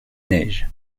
neiges